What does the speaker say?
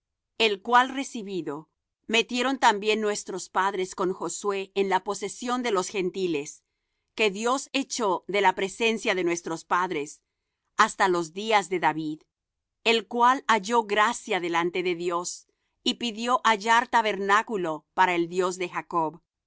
el cual recibido metieron también nuestros padres con josué en la posesión de los gentiles que dios echó de la presencia de nuestros padres hasta los días de david el cual halló gracia delante de dios y pidió hallar tabernáculo para el dios de jacob